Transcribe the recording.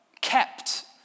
kept